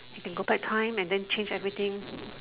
he can go back time and change everything